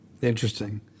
Interesting